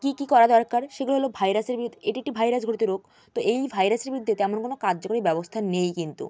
কী কী করা দরকার সেগুলো হল ভাইরাসের বিরুদ্ধে এটি একটি ভাইরাস ঘটিত রোগ তো এই ভাইরাসের বিরুদ্ধে তেমন কোনও কার্যকরী ব্যবস্থা নেই কিন্তু